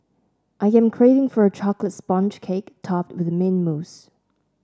I am craving for a chocolate sponge cake topped with mint mousse